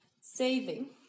saving